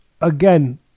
again